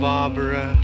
Barbara